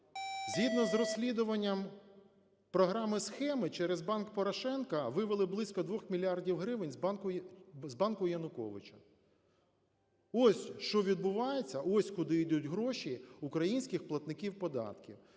Згідно з розслідуванням програми "Схеми" через банк Порошенка вивели близько 2 мільярдів гривень з банку Януковича. Ось що відбувається, ось куди ідуть гроші українських платників податків.